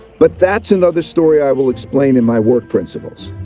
but that's another story i will explain in my work principles.